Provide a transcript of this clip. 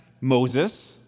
Moses